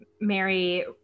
mary